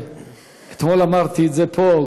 אתמול אמרתי את זה פה,